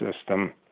system